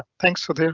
thanks for their,